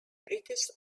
british